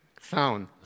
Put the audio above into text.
sound